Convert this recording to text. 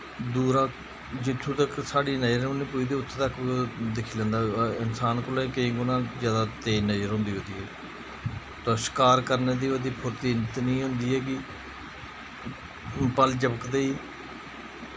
दूरा जित्थूं तक साढ़ी नज़र बी नी पुज्जदी उत्थूं तक ओह् दिक्खी लैंदा इंसान कोला केईं गुना जादा तेज़ नज़र होंदी ओह्दी होर शकार करने दी ओह्दी फुर्ती इतनी होंदी ऐ कि पल झपकदे ही